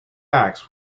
acts